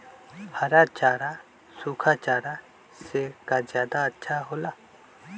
हरा चारा सूखा चारा से का ज्यादा अच्छा हो ला?